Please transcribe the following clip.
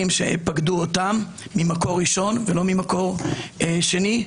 שפקדו אותם ממקור ראשון ולא ממקור שני.